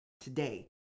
Today